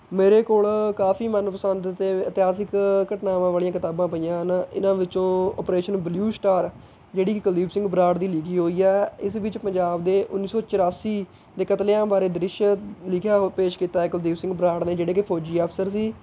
ਮੇਰੇ ਕੋਲ਼ ਕਾਫੀ ਮਨਪਸੰਦ ਅਤੇ ਇਤਿਹਾਸਿਕ ਘਟਨਾਵਾਂ ਵਾਲ਼ੀਆਂ ਕਿਤਾਬਾਂ ਪਈਆਂ ਹਨ ਇਹਨਾਂ ਵਿੱਚੋਂ ਓਪਰੇਸ਼ਨ ਬਲਿਊ ਸਟਾਰ ਜਿਹੜੀ ਕਿ ਕੁਲਦੀਪ ਸਿੰਘ ਬਰਾੜ ਦੀ ਲਿਖੀ ਹੋਈ ਹੈ ਇਸ ਵਿੱਚ ਪੰਜਾਬ ਦੇ ਉੱਨੀ ਸੌ ਚੌਰਾਸੀ ਦੇ ਕਤਲੇਆਮ ਬਾਰੇ ਦ੍ਰਿਸ਼ ਲਿਖਿਆ ਵਾ ਪੇਸ਼ ਕੀਤਾ ਹੈ ਕੁਲਦੀਪ ਸਿੰਘ ਬਰਾੜ ਨੇ ਜਿਹੜੇ ਕਿ ਫੌਜੀ ਅਫਸਰ ਸੀ